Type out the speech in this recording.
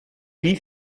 wie